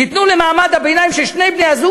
תיתנו למעמד הביניים ששם שני בני-הזוג